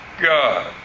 God